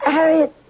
Harriet